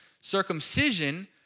Circumcision